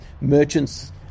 merchants